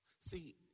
See